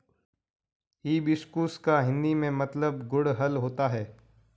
hibiscus का हिंदी में मतलब गुड़हल होता है